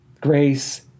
Grace